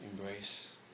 Embrace